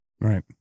right